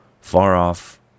far-off